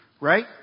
Right